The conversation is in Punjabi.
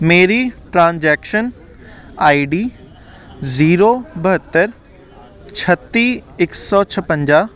ਮੇਰੀ ਟ੍ਰਾਂਜੈਕਸ਼ਨ ਆਈ ਡੀ ਜੀਰੋ ਬਹੱਤਰ ਛੱਤੀ ਇੱਕ ਸੌ ਛਪੰਜਾ